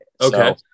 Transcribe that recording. Okay